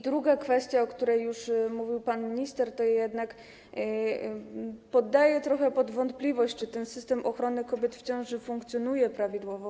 Druga kwestia, o której już mówił pan minister: ja jednak podaję trochę w wątpliwość, czy ten system ochrony kobiet w ciąży funkcjonuje prawidłowo.